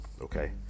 okay